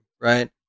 right